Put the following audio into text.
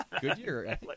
Goodyear